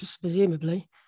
presumably